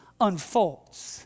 unfolds